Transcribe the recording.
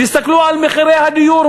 תסתכלו מה קורה